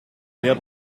mehr